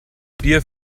bier